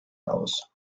aus